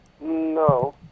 No